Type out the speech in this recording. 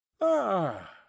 Ah